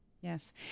Yes